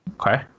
Okay